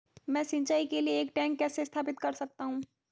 मैं सिंचाई के लिए एक टैंक कैसे स्थापित कर सकता हूँ?